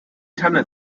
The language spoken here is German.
tanne